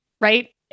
right